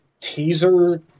teaser